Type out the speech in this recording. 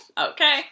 Okay